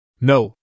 No